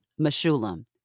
Meshulam